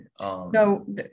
No